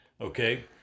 Okay